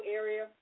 area